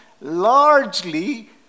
largely